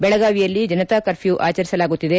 ಬೆಳಗಾವಿಯಲ್ಲಿ ಜನತಾ ಕರ್ಫ್ಯೂ ಆಚರಿಸಲಾಗುತ್ತಿದೆ